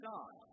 God